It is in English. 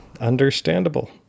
understandable